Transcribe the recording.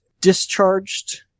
discharged